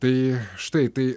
tai štai tai